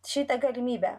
šitą galimybę